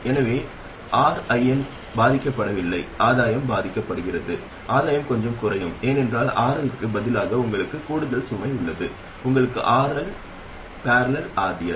எனவே Rin பாதிக்கப்படவில்லை ஆதாயம் பாதிக்கப்படுகிறது ஆதாயம் கொஞ்சம் குறையும் ஏனென்றால் RL க்கு பதிலாக உங்களுக்கு கூடுதல் சுமை உள்ளது உங்களுக்கு RL || rds